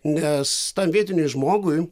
nes tam vietiniui žmogui